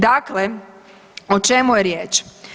Dakle, o čemu je riječ?